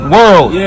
World